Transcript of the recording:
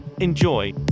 Enjoy